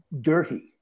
dirty